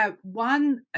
One